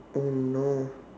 oh no